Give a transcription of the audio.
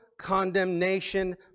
condemnation